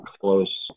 Close